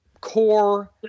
core